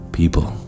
people